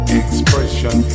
expression